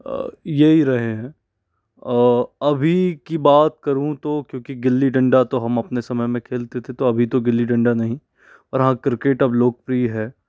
यही रहे हैं अभी की बात करूँ तो क्योंकि गिल्ली डंडा तो हम अपने समय में खेलते थे तो अभी तो गिल्ली डंडा नहीं पर हाँ क्रिकेट अब लोकप्रिय है